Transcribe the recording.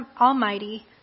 Almighty